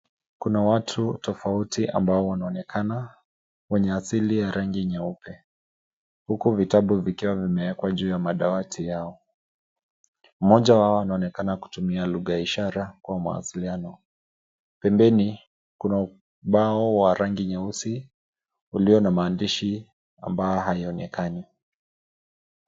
Kuna watu tofauti ambao wanaonekana, wenye asili ya rangi nyeupe huku vitabu vikiwa vimeekwa juu ya madawati yao. Mmoja wao anaonekana kutumia lugha ya ishara kwa mawasiliano. Pembeni, kuna ubao wa rangi nyeusi ulio na maandishi ambayo haionekani.